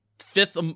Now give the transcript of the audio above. fifth